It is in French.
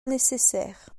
nécessaires